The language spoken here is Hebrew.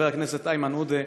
חבר הכנסת איימן עודה,